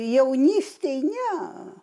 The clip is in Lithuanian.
jaunystėj ne